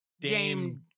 dame